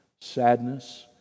sadness